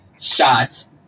shots